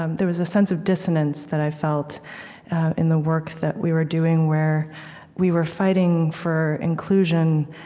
um there was a sense of dissonance that i felt in the work that we were doing, where we were fighting for inclusion,